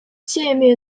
介面